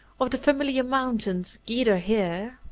of the familiar mountains gedor here,